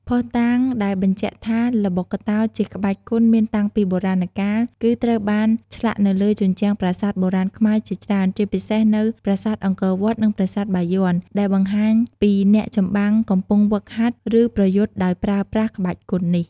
ភស្តុតាងដែលបញ្ជាក់ថា ល្បុក្កតោ ជាក្បាច់គុនមានតាំងពីបុរាណកាល គឺត្រូវបានឆ្លាក់នៅលើជញ្ជាំងប្រាសាទបុរាណខ្មែរជាច្រើន ជាពិសេសនៅ ប្រាសាទអង្គរវត្ត និងប្រាសាទបាយ័ន ដែលបង្ហាញពីអ្នកចម្បាំងកំពុងហ្វឹកហាត់ ឬប្រយុទ្ធដោយប្រើប្រាស់ក្បាច់គុននេះ។